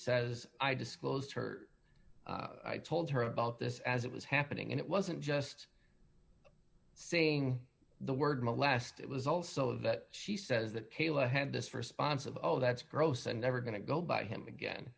says i disclosed hurt i told her about this as it was happening and it wasn't just saying the word molest it was also that she says that kayla had this for a sponsor of oh that's gross and never going to go back to him again